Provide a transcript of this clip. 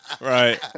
Right